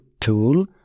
tool